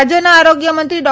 રાજ્યના આરોગ્યમંત્રી ડો